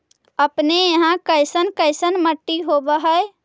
अपने यहाँ कैसन कैसन मिट्टी होब है?